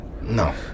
No